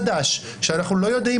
כל עוד זה לא קיים,